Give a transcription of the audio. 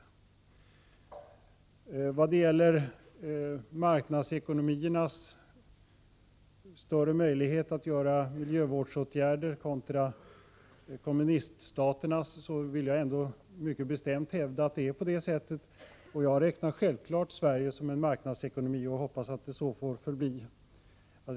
Jag hävdar mycket bestämt att marknadsekonomierna har större möjligheter än kommuniststaterna att genomföra miljövårdsåtgärder. Jag räknar självfallet Sverige som en marknadsekonomi, och jag hoppas att det så får förbli.